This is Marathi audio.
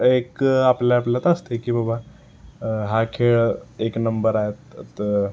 एक आपल्या आपल्यालात असतंय की बाबा हा खेळ एक नंबर आहेत तर